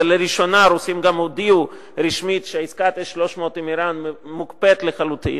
ולראשונה הרוסים גם הודיעו רשמית שעסקת S300 עם אירן מוקפאת לחלוטין,